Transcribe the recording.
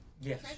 Yes